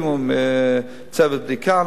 הקימו צוות בדיקה.